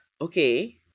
okay